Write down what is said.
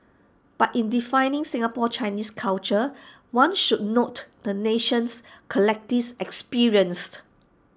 but in defining Singapore Chinese culture one should note the nation's collective experience